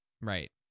right